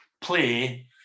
play